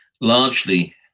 largely